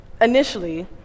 initially